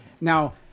now